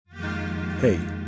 hey